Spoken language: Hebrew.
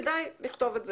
כדאי לכתוב את זה.